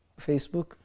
Facebook